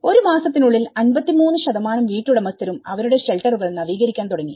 ഒരുമാസത്തിനുള്ളിൽ 53 വീട്ടുടമസ്ഥരും അവരുടെ ഷെൽട്ടറുകൾ നവീകരിക്കാൻ തുടങ്ങി